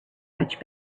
much